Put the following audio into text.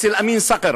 אצל אמין סקר,